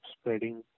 spreading